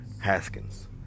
Haskins